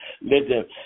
listen